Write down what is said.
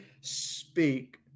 speak